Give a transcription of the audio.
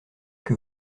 que